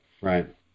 right